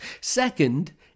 Second